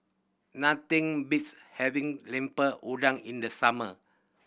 nothing beats having Lemper Udang in the summer